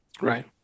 right